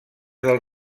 del